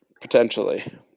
Potentially